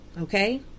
Okay